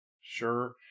Sure